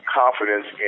confidence